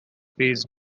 phase